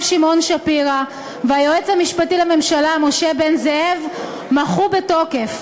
שמעון שפירא והיועץ המשפטי לממשלה משה בן-זאב מחו בתוקף.